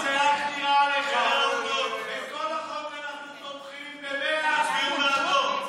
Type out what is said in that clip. חיילות את לא מכניסה לוועדה שלך.